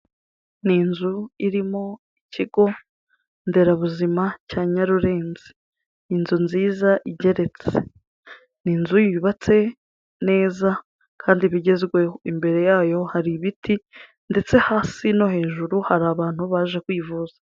Ni inzu irimo ikigo nderabuzima cya Nyarurenzi, inzu nziza igeretse. Ni inzu yubatse neza kandi bigezweho, imbere yayo hari ibiti ndetse hasi no hejuru hari abantu baje kwivuza.